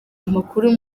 amakuru